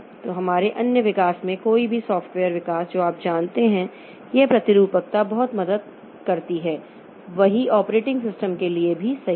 तो हमारे अन्य विकास में कोई भी सॉफ़्टवेयर विकास जो आप जानते हैं यह प्रतिरूपकता बहुत मदद करती है वही ऑपरेटिंग सिस्टम के लिए भी सही है